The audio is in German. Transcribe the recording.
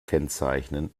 kennzeichnen